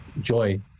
joy